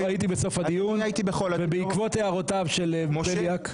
הייתי בסוף הדיון, ובעקבות הערותיו של בליאק.